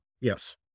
Yes